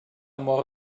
mor